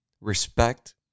respect